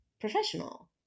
professional